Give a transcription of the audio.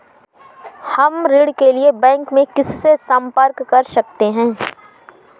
हम ऋण के लिए बैंक में किससे संपर्क कर सकते हैं?